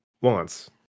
wants